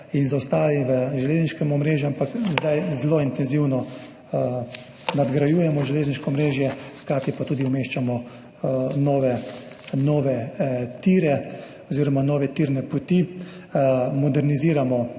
in zaostali v železniškem omrežju, ampak zdaj zelo intenzivno nadgrajujemo železniško omrežje, hkrati pa tudi umeščamo nove tire oziroma nove tirne poti, moderniziramo